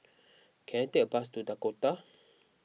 can I take a bus to Dakota